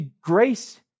Grace